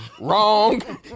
Wrong